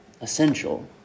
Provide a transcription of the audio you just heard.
essential